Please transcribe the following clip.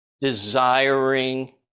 desiring